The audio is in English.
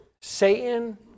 Satan